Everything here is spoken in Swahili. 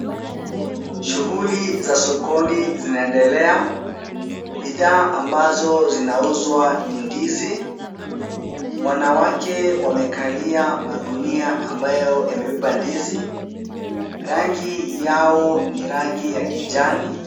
Shughuli za sokoni zinaendelea. Bidhaa ambazo zinauzwa ni ndizi. Wanawake wamekalia magunia ambayo yamebeba ndizi. Rangi yao ni rangi ya kijani.